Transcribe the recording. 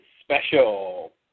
special